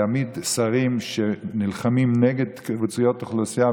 להעמיד שרים שנלחמים נגד קבוצות אוכלוסייה.